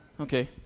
Okay